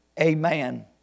Amen